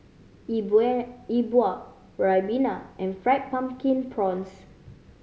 E Bua E Bua Ribena and Fried Pumpkin Prawns